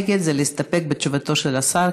ונגד זה להסתפק בתשובתו של השר,